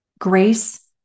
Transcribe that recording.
grace